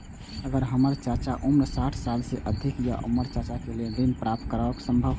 अगर हमर चाचा के उम्र साठ साल से अधिक या ते हमर चाचा के लेल ऋण प्राप्त करब संभव होएत?